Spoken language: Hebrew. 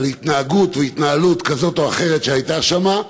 התנהגות או התנהלות כזאת או אחרת שהייתה שם,